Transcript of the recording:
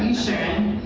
sharron?